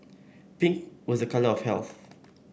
pink was a colour of health